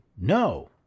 no